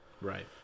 Right